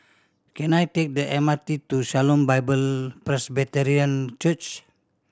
can I take the M R T to Shalom Bible Presbyterian Church